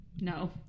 No